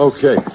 Okay